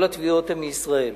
כל התביעות הן מישראל,